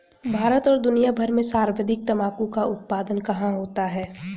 भारत और दुनिया भर में सर्वाधिक तंबाकू का उत्पादन कहां होता है?